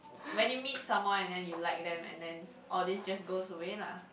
when you meet someone and then you like them and then all this just goes away lah